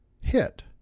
hit